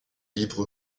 libre